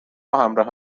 همراه